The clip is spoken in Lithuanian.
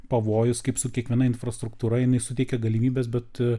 pavojus kaip su kiekviena infrastruktūra jinai suteikia galimybes bet